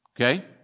Okay